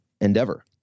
endeavor